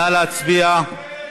נא להצביע.